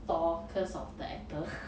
thor cause of the actor